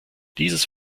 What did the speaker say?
dieses